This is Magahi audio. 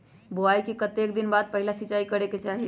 बोआई के कतेक दिन बाद पहिला सिंचाई करे के चाही?